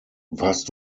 warst